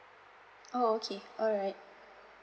oh okay alright